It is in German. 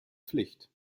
pflicht